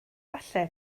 falle